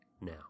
now